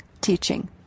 teaching